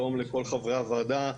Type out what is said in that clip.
שלום לכל חברי הוועדה,